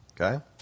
okay